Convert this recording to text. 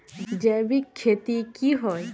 जैविक खेती की होय?